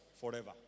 forever